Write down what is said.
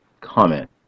comment